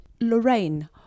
Lorraine